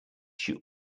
shoe